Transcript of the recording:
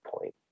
point